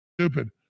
stupid